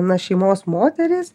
na šeimos moterys